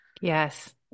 Yes